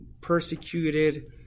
persecuted